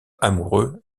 amoureux